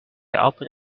opened